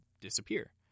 disappear